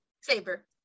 Saber